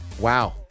Wow